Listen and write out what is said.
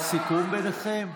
היה סיכום ביניכם?